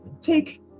take